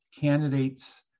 candidates